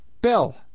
bell